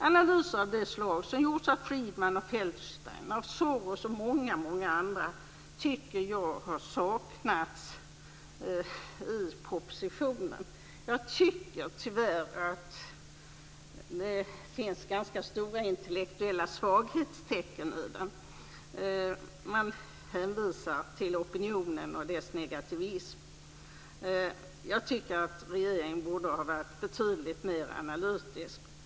Analyser av det slag som gjorts av Friedman och Feldstein, av Soros och av många andra saknas i propositionen. Jag tycker tyvärr att det finns ganska stora intellektuella svaghetstecken i den. Man hänvisar till opinionen och dess negativism. Jag tycker att regeringen borde ha varit betydligt mer analytisk.